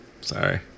sorry